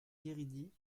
guerini